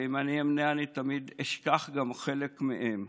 ואם אני אמנה אני תמיד אשכח גם חלק מהם.